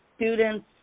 students